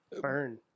Burn